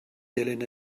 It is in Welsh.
dilyn